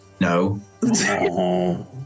No